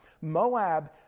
Moab